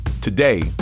Today